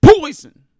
Poison